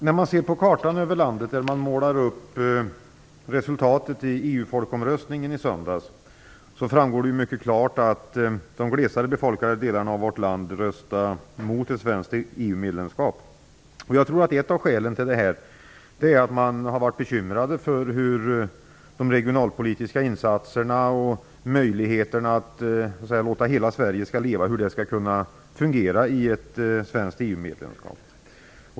När man på Sveriges karta målar upp resultatet av söndagens folkomröstning framgår det mycket klart att de glesare befolkade delarna röstade mot ett svenskt EU-medlemskap. Jag tror att ett av skälen till detta är att man har varit bekymrad för de regionalpolitiska insatserna och möjligheterna att låta hela Sverige leva vid ett svenskt EU-medlemskap.